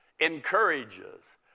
encourages